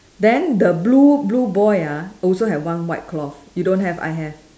then the blue blue boy ah also have one white cloth you don't have I have